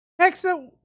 Hexa